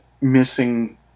missing